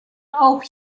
auch